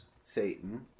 Satan